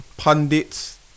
pundits